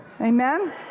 Amen